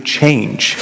change